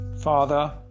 Father